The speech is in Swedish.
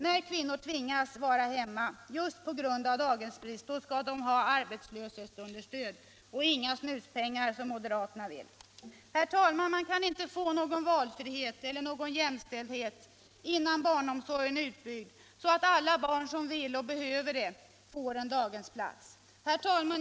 När kvinnor tvingas vara hemma just på grund av daghemsbrist skall de ha arbetslöshetsunderstöd — inga ”snuspengar”, som moderaterna vill. Man kan inte få någon valfrihet eller jämställdhet innan barnomsorgen är utbyggd så att alla barn som vill och behöver det får en daghemsplats. Herr talman!